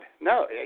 No